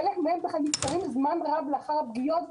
חלק מהם נזכרים זמן רב לאחר הפגיעות,